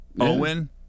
Owen